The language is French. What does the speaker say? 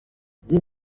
zéro